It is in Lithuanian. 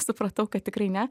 supratau kad tikrai ne